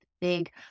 big